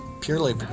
purely